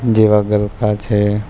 જેવા ગલકા છે